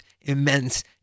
immense